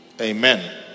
Amen